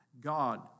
God